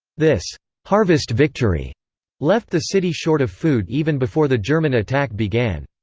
this harvest victory left the city short of food even before the german attack began.